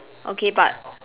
okay but